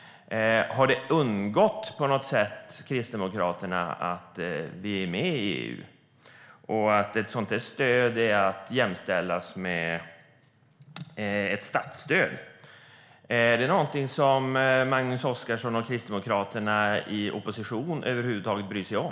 Har det på något sätt undgått Kristdemokraterna att vi är med i EU och att ett sådant här stöd är att jämställa med ett statsstöd? Är det någonting som Magnus Oscarsson och Kristdemokraterna i opposition över huvud taget bryr sig om?